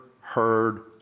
heard